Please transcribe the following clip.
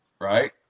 Right